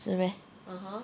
是 meh